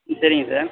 ம் சரிங்க சார்